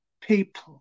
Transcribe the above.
people